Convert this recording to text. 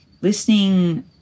listening